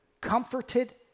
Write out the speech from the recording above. comforted